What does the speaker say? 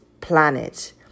planet